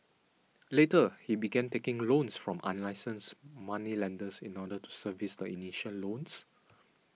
later he began taking loans from unlicensed moneylenders in order to service the initial loans